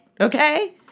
Okay